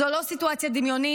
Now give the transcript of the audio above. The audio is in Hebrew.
זו לא סיטואציה דמיונית.